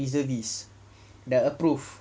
reservist dah approve